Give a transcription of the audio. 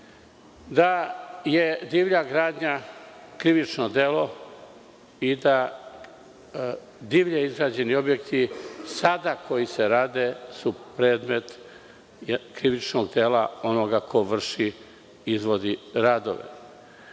da je divlja gradnja krivično delo i da divlje izgrađeni objekti sada koji se rade su predmet krivičnog dela onoga ko vrši, izvodi radove.